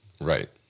Right